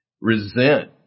resent